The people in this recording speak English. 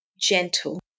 gentle